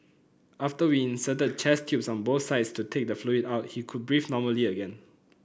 after we inserted chest tubes on both sides to take the fluid out he could breathe normally again